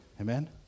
amen